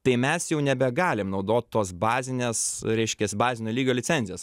tai mes jau nebegalim naudot tos bazinės reiškias bazinio lygio licenzijos